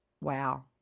Wow